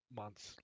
months